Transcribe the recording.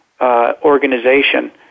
organization